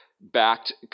backed